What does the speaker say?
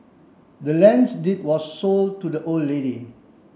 the land's deed was sold to the old lady